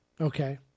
Okay